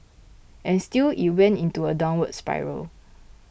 and still it went into a downward spiral